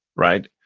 right?